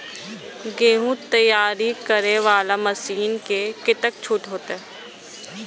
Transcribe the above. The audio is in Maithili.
गेहूं तैयारी करे वाला मशीन में कतेक छूट होते?